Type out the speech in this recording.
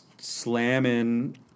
slamming